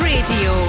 Radio